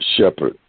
Shepherd